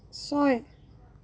ছয়